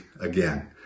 again